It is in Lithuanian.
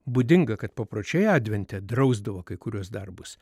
būdinga kad papročiai advente drausdavo kai kuriuos darbus